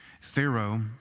Pharaoh